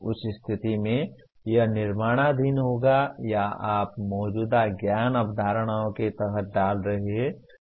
उस स्थिति में यह निर्माणाधीन होगा या आप मौजूदा ज्ञात अवधारणाओं के तहत डाल रहे हैं